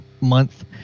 Month